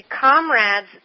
comrades